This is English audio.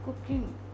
cooking